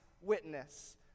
witness